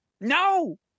No